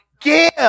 give